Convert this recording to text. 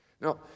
Now